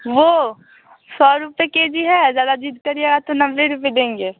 वो सौ रुपये के जी है ज़्यादा जिद्द करिएगा तो नब्बे रुपये देंगे